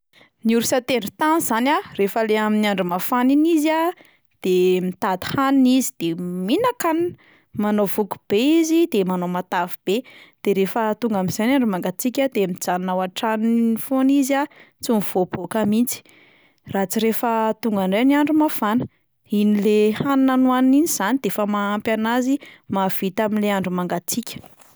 Ny orsa an-tendron-tany zany a rehefa le amin'ny andro mafana iny izy a, de mitady hanina izy de mihinan-kanina, manao voky be izy de manao matavy be, de rehefa tonga amin'izay ny andro mangatsiaka de mijanona ao an-tranony foana izy a, tsy mivoaboaka mihitsy, raha tsy rehefa tonga indray ny andro mafana, iny le hanina nohaniny iny zany de efa mahampy anazy mahavita amin'le andro mangatsiaka.